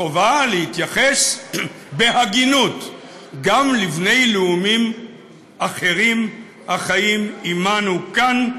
החובה להתייחס בהגינות גם לבני לאומים אחרים החיים עמנו כאן.